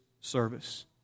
service